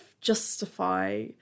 justify